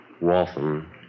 Waltham